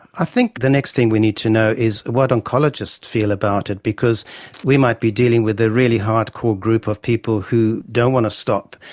i think the next thing we need to know is what oncologists feel about it, because we might be dealing with a really hard-core group of people who don't want to stop.